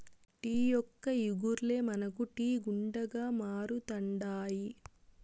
tea మొక్క ఇగుర్లే మనకు టీ గుండగా మారుతండాయి